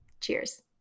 Cheers